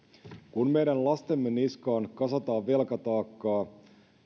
kun meidän lastemme niskaan kasataan velkataakkaa